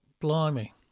Blimey